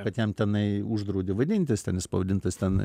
kad jam tenai uždraudė vadintis ten jis pavadintas ten